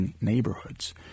neighborhoods